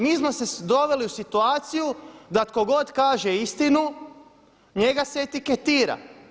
Mi smo se doveli u situaciju da tko god kaže istinu njega se etiketira.